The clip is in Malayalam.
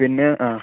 പിന്നെ ആ